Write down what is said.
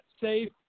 safe